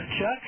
Chuck